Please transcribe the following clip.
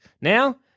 Now